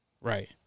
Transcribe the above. Right